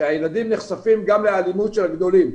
שהילדים נחשפים גם לאלימות של הגדולים.